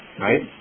right